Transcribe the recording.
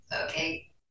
Okay